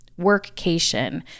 workcation